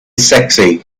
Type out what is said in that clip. sexy